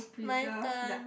my turn